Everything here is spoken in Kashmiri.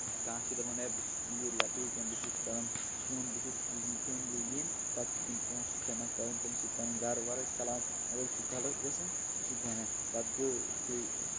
کانٛہہ چھِ دَپان ہے بہٕ چھُس پیٖر یا بیٚیہِ کینٛہہ بہٕ چھُس کَڑان سۄن بہٕ چھُس سوٗزمُت ہُمۍ یا یٔمۍ پَتہٕ چھِ تِم پونٛسہٕ جمع کَران تیٚمہِ سۭتۍ پَنُن گَرٕ وَرٕ چَلاوان مگر یہِ چھِ غلط گژھان یہِ چھِ گۄناہ پَتہٕ گوٚو بیٚیہِ